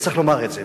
וצריך לומר את זה,